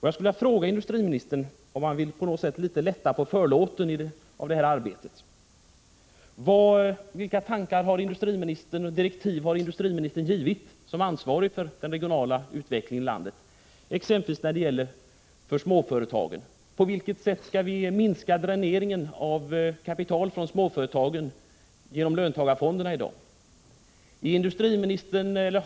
Jag skulle vilja fråga industriministern om han på något sätt vill lätta på förlåten i det här arbetet. Vilka tankar har industriministern, och vilka direktiv har industriministern gett som ansvarig för den regionala utveckling — Prot. 1985/86:103 en i landet exempelvis när det gäller småföretagen? På vilket sätt skall vi 1 april 1986 dag?